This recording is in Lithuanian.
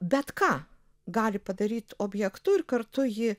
bet ką gali padaryt objektu ir kartu ji